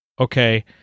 okay